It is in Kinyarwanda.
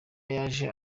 yaje